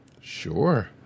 Sure